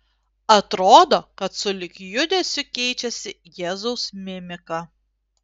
atrodo kad sulig judesiu keičiasi jėzaus mimika